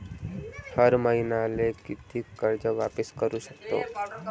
हर मईन्याले कितीक कर्ज वापिस करू सकतो?